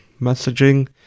messaging